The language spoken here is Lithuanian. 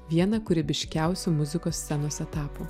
vieną kūrybiškiausių muzikos scenos etapų